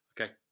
Okay